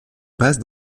passe